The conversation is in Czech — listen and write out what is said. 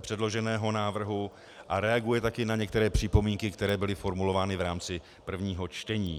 předloženého návrhu, a reaguje tak na některé připomínky, které byly formulovány v rámci prvního čtení.